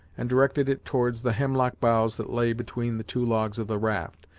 and directed it towards the hemlock boughs that lay between the two logs of the raft,